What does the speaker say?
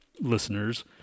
listeners